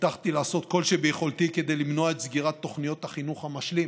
הבטחתי לעשות כל מה שביכולתי כדי למנוע את סגירת תוכניות החינוך המשלים.